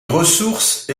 ressource